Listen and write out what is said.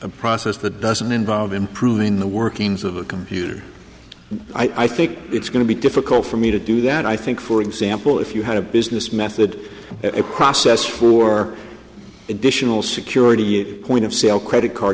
a process that doesn't involve improving the workings of a computer i think it's going to be difficult for me to do that i think for example if you had a business method a process for additional security you point of sale credit card